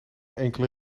enkele